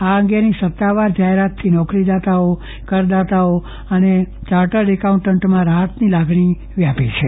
આ અંગેની સત્તાવાર જાહેરાતથી નોકરીયાનો કરદાતાઓ અને ચાર્ટડ એકાઉન્ટન્ટમાં રાહતની લાગણી વ્યાપી છે